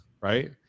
Right